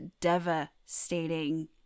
devastating